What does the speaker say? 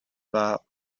war